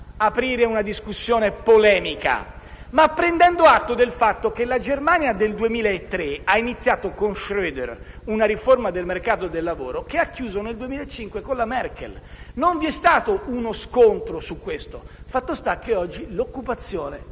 aprire una discussione polemica, ma prendendo atto del fatto che la Germania nel 2003 ha iniziato con Schroeder una riforma del mercato del lavoro che ha chiuso nel 2005 con la Merkel. Non vi è stato uno scontro su questo. Fatto sta che oggi il tasso